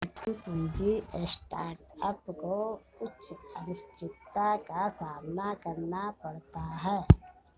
उद्यम पूंजी स्टार्टअप को उच्च अनिश्चितता का सामना करना पड़ता है